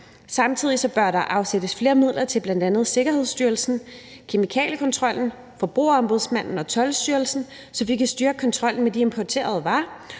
Samtidig bør der afsættes flere midler til bl.a. Sikkerhedsstyrelsen, kemikaliekontrollen, Forbrugerombudsmanden og Toldstyrelsen, så vi kan styrke kontrollen med de importerede varer